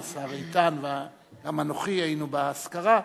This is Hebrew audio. אנוכי היינו באזכרה.